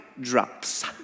drops